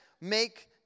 make